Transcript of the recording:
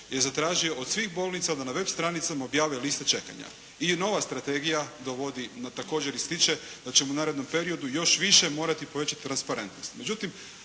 je zatražio od svih bolnica da na web stranicama objave liste čekanja i nova strategija dovodi no također ističe da ćemo u narednom periodu još više morati povećati transparentnost.